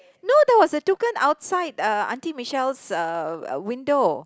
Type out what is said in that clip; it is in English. no there was a toucan outside uh aunty Michelle's uh window